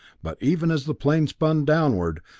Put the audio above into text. but even as the plane spun downward,